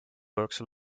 jooksul